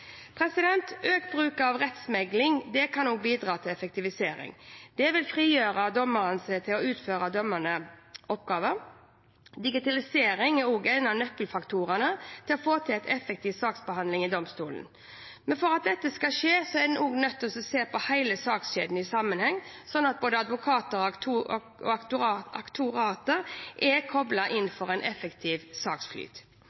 Økt bruk av rettsmekling kan også bidra til effektivisering. Dette vil frigjøre dommere til å utføre dømmende oppgaver. Digitalisering er også en av nøkkelfaktorene for å få til en effektiv saksbehandling i domstolene. Men for at dette skal skje, er en nødt til å se på hele sakskjeden i sammenheng, slik at både advokater og aktoratet er koblet inn for å få en effektiv saksflyt. Det er